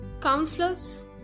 counselors